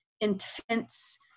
intense